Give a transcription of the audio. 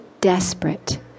desperate